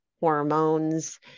hormones